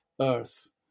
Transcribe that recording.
earth